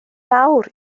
mawr